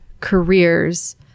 careers